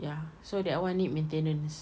ya so that [one] need maintenance